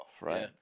right